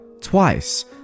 twice